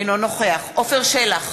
אינו נוכח עפר שלח,